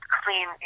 clean